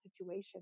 situation